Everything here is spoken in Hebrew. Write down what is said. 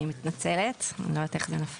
אני מתנצלת, אני לא יודעת איך זה נפל.